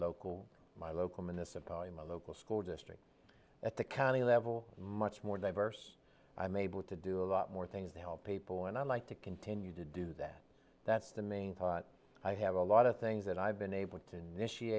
local my local municipality my local school district at the county level much more diverse i'm able to do a lot more things to help people and i'd like to continue to do that that's the main thought i have a lot of things that i've been able